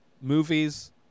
movies